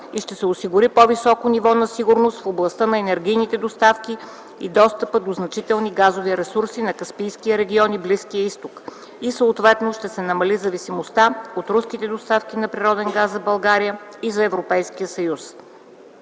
и ще се осигури по-високо ниво на сигурност в областта на енергийните доставки и достъпа до значителни газови ресурси на Каспийския регион и Близкия Изток и съответно ще се намали зависимостта от руските доставки на природен газ за България и за Европейския съюз.